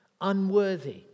unworthy